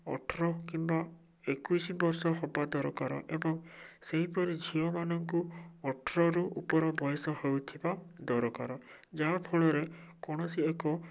ଅଠର କିମ୍ବା ଏକୋଇଶ ବର୍ଷ ହବା ଦରକାର ଏବଂ ସେହିପରି ଝିଅମାନଙ୍କୁ ଅଠରରୁ ଉପର ବୟସ ହଉଥିବା ଦରକାର ଯାହାଫଳରେ କୌଣସି ଏକ